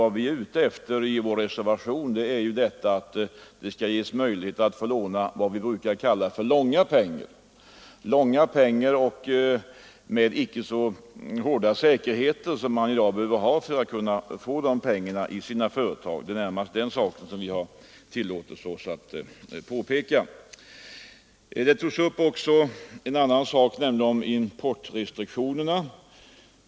Vi önskar emellertid att företagen skall få möjlighet att låna vad man brukar kalla långa pengar utan så hårda krav på säkerheter som det ställs i dag. Det är närmast den saken vi har tillåtit oss påpeka. Vidare tog herr Svanberg upp frågan om importrestriktionerna.